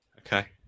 Okay